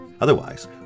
Otherwise